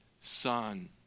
Son